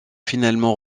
finalement